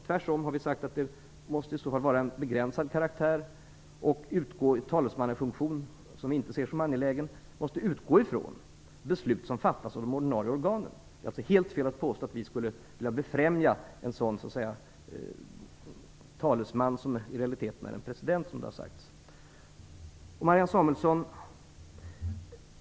Tvärtom har vi sagt att detta i så fall måste vara av en begränsad karaktär. Talesmannafunktionen, som vi inte ser som angelägen, måste utgå ifrån beslut som fattas av de ordinarie organen. Det är alltså helt fel att påstå att vi skulle vilja befrämja en sådan talesman som i realiteten är en president som det har sagts.